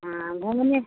हाँ घूमने